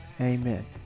Amen